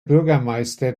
bürgermeister